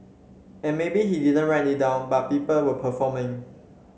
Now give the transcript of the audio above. and maybe he didn't write it down but people were performing